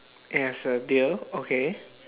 it has a tail okay